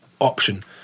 option